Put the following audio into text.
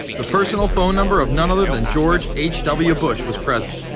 the personal phone number of none other than george h. w. bush was present.